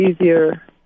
Easier